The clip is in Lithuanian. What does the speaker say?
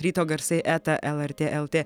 ryto garsai eta lrt lt